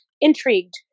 intrigued